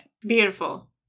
Beautiful